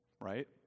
Right